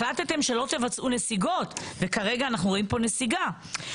החלטתם שלא תבצעו נסיגות וכרגע אנחנו רואים פה מסיגה.